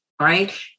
Right